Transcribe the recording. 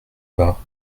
pas